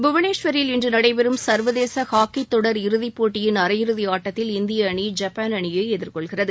புவனேஸ்வரில் இன்று நடைபெறும் சர்வதேச ஹாக்கித் தொடர் இறுதிப்போட்டியின் அரையிறுதி ஆட்டத்தில் இந்திய அணி ஜப்பாள் அணியை எதிர்கொள்கிறது